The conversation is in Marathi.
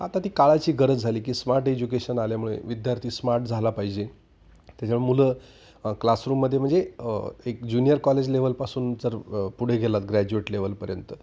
आता ती काळाची गरज झाली की स्मार्ट एज्युकेशन आल्यामुळे विद्यार्थी स्मार्ट झाला पाहिजे त्याच्यामुळे मुलं क्लासरूममध्ये म्हणजे एक ज्युनियर कॉलेज लेवलपासून जर पुढे गेलात ग्रॅज्युएट लेवलपर्यंत